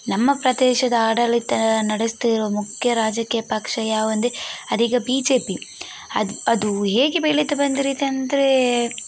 ನಮ್ಮ ಪ್ರದೇಶದ ಆಡಳಿತ ನಡೆಸ್ತಿರೋ ಮುಖ್ಯ ರಾಜಕೀಯ ಪಕ್ಷ ಯಾವುವು ಅಂದೆ ಅದೀಗ ಬಿ ಜೆ ಪಿ ಅದು ಅದು ಹೇಗೆ ಬೆಳೆದು ಬಂದಿತ್ತು ಅಂದರೆ